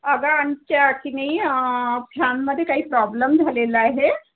अगं आमच्या की नाही फॅनमध्ये काही प्रॉब्लम झालेलं आहे